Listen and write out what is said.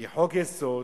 כי חוק-יסוד